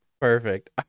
Perfect